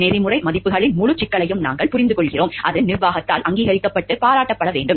நெறிமுறை மதிப்புகளின் முழு சிக்கலையும் நாங்கள் புரிந்துகொள்கிறோம் அது நிர்வாகத்தால் அங்கீகரிக்கப்பட்டு பாராட்டப்பட வேண்டும்